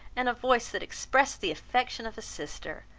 and a voice that expressed the affection of a sister.